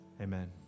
Amen